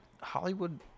Hollywood